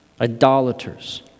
idolaters